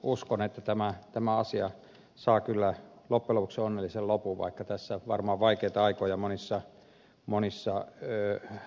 uskon että tämä asia saa kyllä loppujen lopuksi onnellisen lopun vaikka tässä varmaan vaikeita aikoja monissa monissa yötä